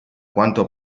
quanto